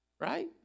right